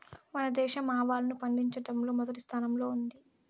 మన దేశం ఆవాలను పండిచటంలో మొదటి స్థానం లో ఉంది